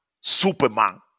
Superman